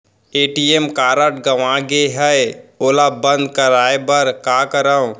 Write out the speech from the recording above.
ATM card गंवा गे है ओला बंद कराये बर का करंव?